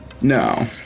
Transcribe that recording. no